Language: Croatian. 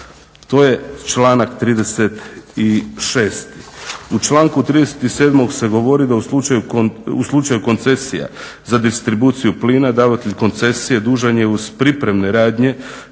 To je članak 36. U članku 37. se govori da u slučaju koncesija za distribuciju plina davatelj koncesije dužan je uz pripremne radnje